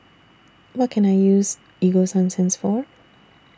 What Can I use Ego Sunsense For